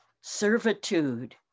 servitude